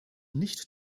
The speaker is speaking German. nicht